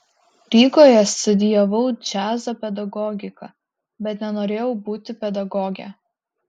rygoje studijavau džiazo pedagogiką bet nenorėjau būti pedagoge